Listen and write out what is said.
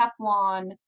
Teflon